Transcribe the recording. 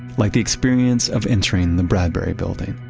like the experience of entering the bradbury building.